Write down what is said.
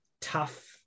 tough